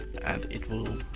and it will